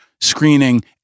screening